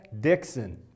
Dixon